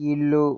ఇల్లు